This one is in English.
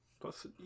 Plus